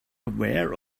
aware